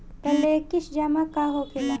Flexi जमा का होखेला?